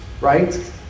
right